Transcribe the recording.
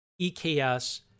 EKS